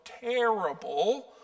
terrible